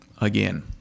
again